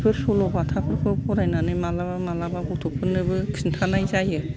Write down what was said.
बेफोर सल'बाथाफोरखौ फरायनानै मालाबा मालाबा गथ'फोरनोबो खिन्थानाय जायो